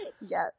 Yes